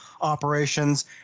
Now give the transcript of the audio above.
operations